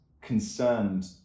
concerned